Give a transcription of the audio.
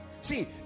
See